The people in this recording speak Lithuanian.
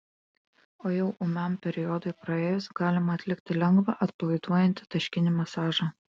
o jau ūminiam periodui praėjus galima atlikti lengvą atpalaiduojantį taškinį masažą